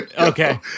Okay